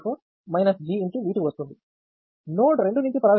node 2 నుండి ప్రవహించే current G